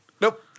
Nope